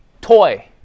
toy